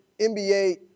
NBA